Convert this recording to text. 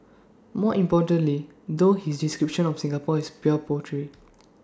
more importantly though his description of Singapore is pure poetry